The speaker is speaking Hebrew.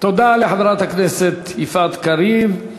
תודה לחברת הכנסת יפעת קריב.